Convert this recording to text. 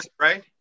right